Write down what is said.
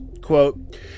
Quote